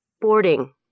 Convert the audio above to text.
boarding